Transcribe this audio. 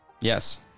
Yes